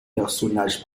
personnages